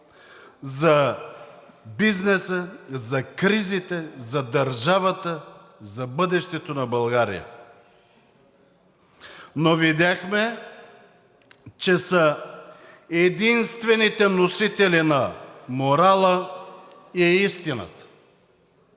за бизнеса, за кризите, за държавата, за бъдещето на България, но видяхме, че са единствените носители на морала и истината.